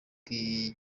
bwiza